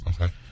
Okay